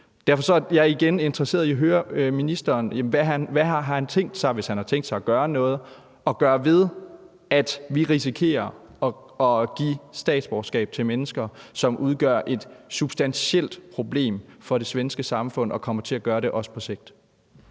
Derfor er jeg igen interesseret i at høre ministeren, hvad han har tænkt sig – hvis han har tænkt sig at gøre noget – at gøre ved, at vi risikerer at give statsborgerskab til mennesker, som udgør et substantielt problem for det svenske samfund og kommer til at gøre det også på sigt.